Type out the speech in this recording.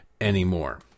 anymore